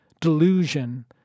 delusion